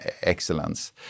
excellence